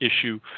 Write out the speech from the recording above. issue